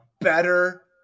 better